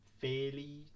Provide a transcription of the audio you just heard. fairly